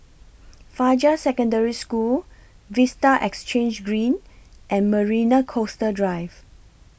Fajar Secondary School Vista Exhange Green and Marina Coastal Drive